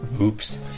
Oops